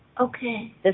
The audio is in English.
Okay